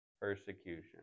persecution